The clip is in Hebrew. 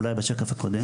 אולי בשקף הקודם.